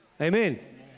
Amen